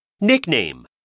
Nickname